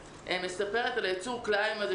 על יצור כלאיים בדמות